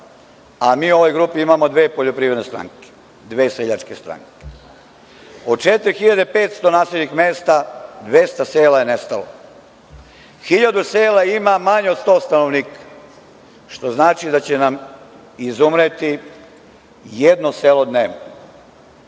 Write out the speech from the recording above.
a mi u ovoj grupi imamo dve poljoprivredne stranke, dve seljačke stranke. Od 4500 naseljenih mesta 200 sela je nestalo. Hiljadu sela ima manje od 100 stanovnika, što znači da će nam izumreti jedno selo dnevno.